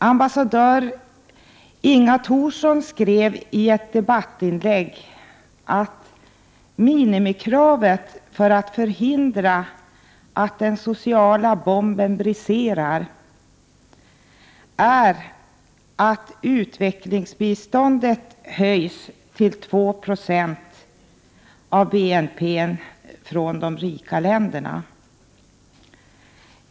Ambassadör Inga Thorsson skrev i ett debattinlägg att minimikravet för att förhindra att ”den sociala bomben” briserar är att utvecklingsbiståndet från de rika länderna höjs till 2 26 av BNP.